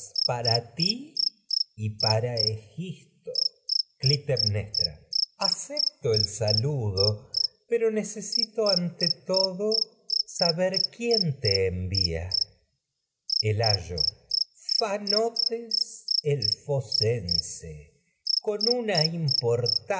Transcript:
para ti y para egisto cutemnestra ante acepto el saludo pero necesito todo saber quién te envía ayo el fanotes el fócense con una importante